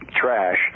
trash